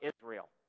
Israel